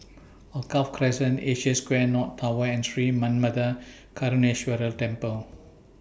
Alkaff Crescent Asia Square North Tower and Sri Manmatha Karuneshvarar Temple